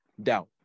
doubt